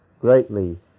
greatly